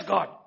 God